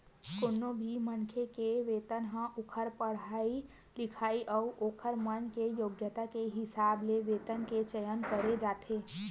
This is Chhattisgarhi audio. कोनो भी मनखे के वेतन ह ओखर पड़हाई लिखई अउ ओखर मन के योग्यता के हिसाब ले वेतन के चयन करे जाथे